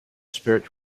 spirit